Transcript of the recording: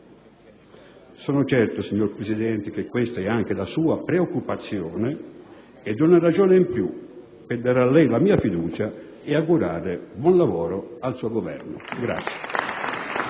Sono certo, signor Presidente, che questa è anche la sua preoccupazione ed è una ragione in più per dare a lei la mia fiducia e augurare buon lavoro al suo Governo.